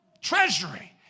treasury